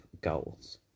goals